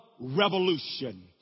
revolution